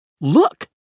Look